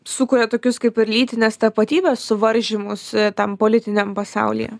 sukuria tokius kaip ir lytinės tapatybės suvaržymus tam politiniam pasaulyje